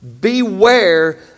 Beware